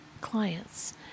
clients